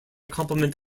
complement